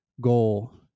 goal